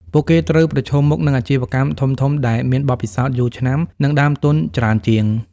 ពួកគេត្រូវប្រឈមមុខនឹងអាជីវកម្មធំៗដែលមានបទពិសោធន៍យូរឆ្នាំ និងដើមទុនច្រើនជាង។